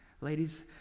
ladies